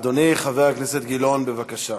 אדוני חבר הכנסת גילאון, בבקשה.